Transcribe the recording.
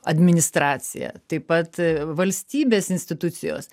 administracija taip pat valstybės institucijos